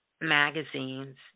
magazines